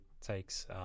takes